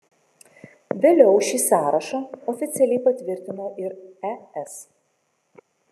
vėliau šį sąrašą oficialiai patvirtino ir es